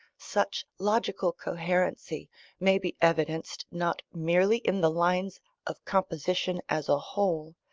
such logical coherency may be evidenced not merely in the lines of composition as a whole,